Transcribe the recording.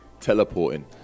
Teleporting